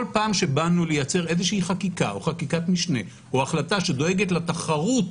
פעם שבאנו לייצר חקיקה או חקיקת משנה או החלטה שדואגת לתחרות